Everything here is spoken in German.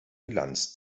bilanz